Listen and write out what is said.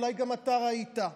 אולי גם אתה ראית,